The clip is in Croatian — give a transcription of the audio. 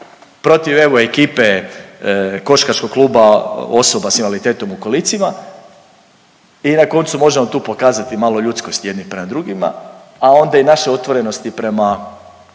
protiv evo ekipe košarkaškog kluba osoba sa invaliditetom u kolicima i na koncu možemo tu pokazati malo ljudskosti jedni prema drugima, a onda i naše otvorenosti prema